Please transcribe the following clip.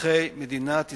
אזרחי מדינת ישראל,